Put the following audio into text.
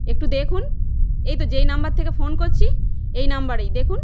একটু দেখুন এই তো যেই নম্বর থেকে ফোন করছি এই নম্বরেই দেখুন